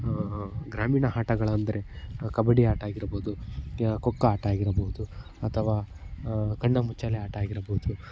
ಗ್ರಾಮೀಣ ಆಟಗಳೆಂದರೆ ಕಬಡ್ಡಿ ಆಟ ಆಗಿರ್ಬೋದು ಖೋ ಖೋ ಆಟ ಆಗಿರ್ಬಹ್ದು ಅಥವಾ ಕಣ್ಣಾಮುಚ್ಚಾಲೆ ಆಟ ಆಗಿರಬಹುದು